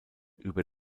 über